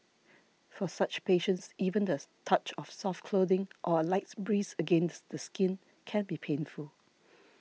for such patients even does touch of soft clothing or a light breeze against the skin can be painful